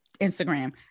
instagram